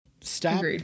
stop